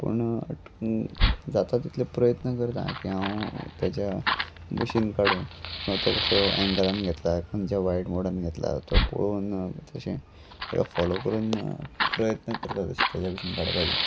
पूण जाता तितले प्रयत्न करता की हांव तेज्या बशेन काडूं किंवां तो कसो एंगलान घेतला खंयच्या वायड मोडान घेतला तो पळोवन तशें ताका फोलो करून प्रयत्न करता तश तेज्या बशेन काडपाचें